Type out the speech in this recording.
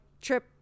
trip